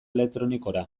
elektronikora